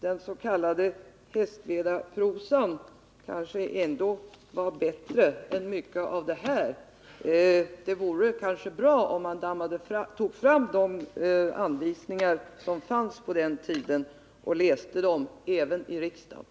Den s.k. Hästvedaprosan kanske ändå var bättre än mycket av detta. Det vore måhända bra om man tog fram de anvisningar som fanns på den — Nr 33 tiden och läste dem även i riksdagen.